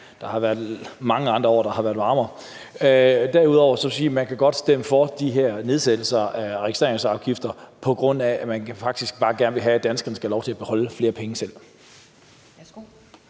Der har været mange andre år, der har været varmere. Derudover vil jeg sige, at man godt kan stemme for de her nedsættelser af registreringsafgifter, på grund af at man faktisk bare gerne vil have, at danskerne skal have lov til at beholde flere penge selv.